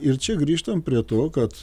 ir čia grįžtam prie to kad